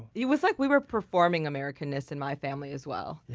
it was like we were performing american-ness in my family as well.